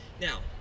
now